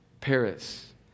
Paris